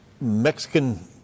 Mexican